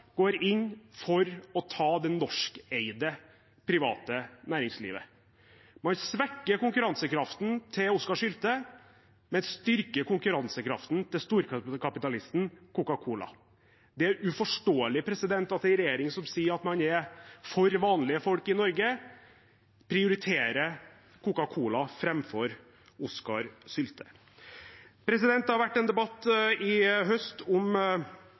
går inn for å ta det norskeide private næringslivet. Man svekker konkurransekraften til Oskar Sylte, men styrker konkurransekraften til storkapitalisten Coca-Cola. Det er uforståelig at en regjering som sier at man er for vanlige folk i Norge, prioriterer Coca-Cola framfor Oskar Sylte. Det har vært en debatt i høst om